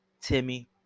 timmy